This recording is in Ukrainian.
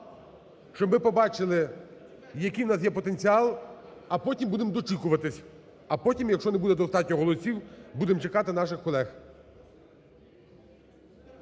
щоб ми побачили, який в нас є потенціал, а потім будемо дочікуватись, а потім, якщо не буде достатньо голосів, будемо чекати наших колег.